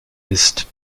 ist